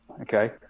Okay